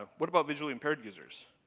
ah what about visually impaired users?